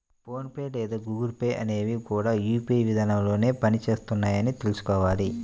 phone pay లేదా Google Pay అనేవి కూడా యూ.పీ.ఐ విధానంలోనే పని చేస్తున్నాయని తెల్సుకోవాలి